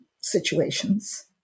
situations